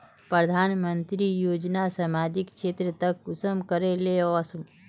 प्रधानमंत्री योजना सामाजिक क्षेत्र तक कुंसम करे ले वसुम?